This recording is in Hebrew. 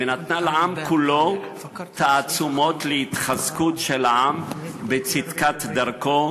ונתנה לעם כולו תעצומות להתחזקות של העם בצדקת דרכו,